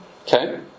Okay